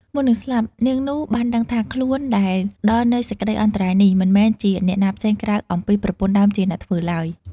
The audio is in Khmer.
មុននឹងស្លាប់ នាងនោះបានដឹងថា "ខ្លួនដែលដល់នូវសេចក្តីអន្តរាយនេះ មិនមែនជាអ្នកណាផ្សេង ក្រៅអំពីប្រពន្ធដើមជាអ្នកធ្វើឡើយ"។